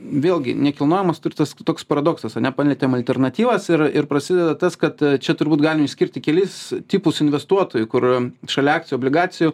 vėlgi nekilnojamas turtas toks paradoksas ane palietėm alternatyvas ir ir prasideda tas kad čia turbūt galim išskirti kelis tipus investuotojų kur šalia akcijų obligacijų